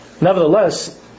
nevertheless